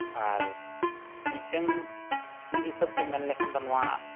ᱟᱨ ᱢᱤᱫᱴᱟᱝ ᱢᱤᱫ ᱦᱤᱥᱟᱹᱵᱽᱛᱮ ᱢᱮᱱ ᱞᱮᱠᱷᱟᱱ ᱫᱚ ᱱᱚᱣᱟ